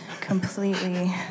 completely